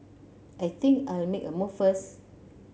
I think I'll make a move first